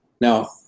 Now